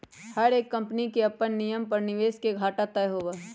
हर एक कम्पनी के अपन नियम पर निवेश के घाटा तय होबा हई